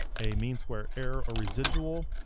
a mean square error, or residual,